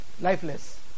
Lifeless